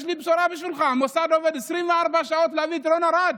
יש לי בשורה בשבילך: המוסד עובד 24 שעות כדי להביא את רון ארד.